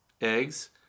eggs